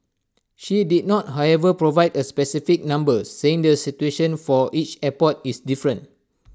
she did not however provide A specific number saying the situation for each airport is different